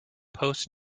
post